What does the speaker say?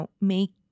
make